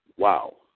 Wow